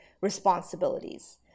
responsibilities